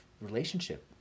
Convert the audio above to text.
relationship